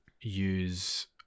use